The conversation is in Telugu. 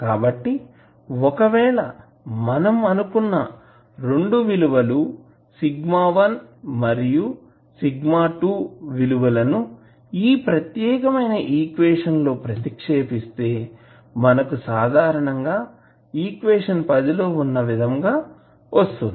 కాబట్టి ఒకవేళ మనం అనుకున్న రెండు విలువలు σ1 మరియు σ2 విలువలును ఈ ప్రత్యేకమైన ఈక్వేషన్ లో ప్రతిక్షేపిస్తే మనకు సాధారణంగా ఈక్వేషన్ ఉన్న విధంగా వస్తుంది